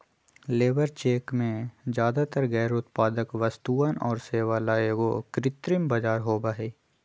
labour check में ज्यादातर गैर उत्पादक वस्तुअन और सेवा ला एगो कृत्रिम बाजार होबा हई